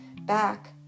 back